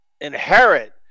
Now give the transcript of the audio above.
inherit